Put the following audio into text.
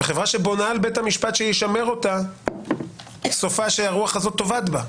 וחברה שבונה על בית המשפט שישמר אותה סופה שהרוח הזאת תאבד בה.